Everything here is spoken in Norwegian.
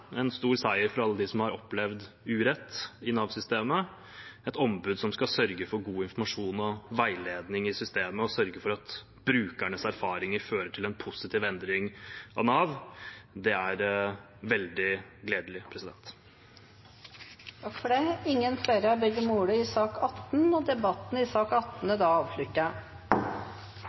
en stor seier for alle dem som har opplevd urett i Nav-systemet, at vi får et ombud som skal sørge for god informasjon og veiledning i systemet og sørge for at brukernes erfaringer fører til en positiv endring av Nav. Det er veldig gledelig. Flere har ikke bedt om ordet til sak nr. 18.